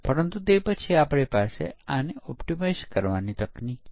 પરંતુ કયા પ્રકારનાં સોફ્ટવેર માટે V મોડેલ યોગ્ય છે